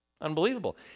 unbelievable